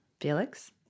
Felix